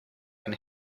can